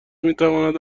میتواند